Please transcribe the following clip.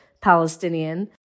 Palestinian